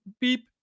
beep